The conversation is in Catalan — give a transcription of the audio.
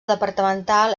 departamental